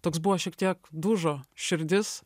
toks buvo šiek tiek dužo širdis